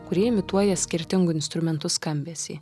kurie imituoja skirtingų instrumentų skambesį